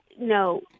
no